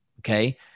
okay